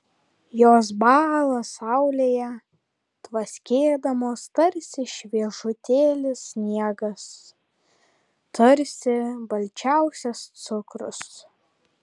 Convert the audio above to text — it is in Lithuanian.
jos bąla saulėje tvaskėdamos tarsi šviežutėlis sniegas tarsi balčiausias cukrus